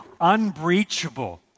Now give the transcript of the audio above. unbreachable